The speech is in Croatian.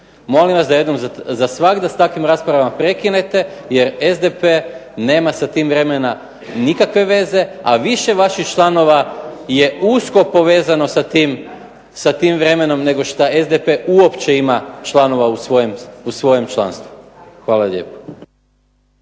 Molim vas da jednom za svagda s takvim raspravama prekinete jer SDP nema sa tim vremena nikakve veze, a više vaših članova je usko povezano sa tim vremenom nego šta SDP uopće ima članova u svojem članstvu. Hvala lijepo.